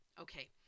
okay